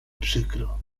przykro